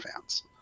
fans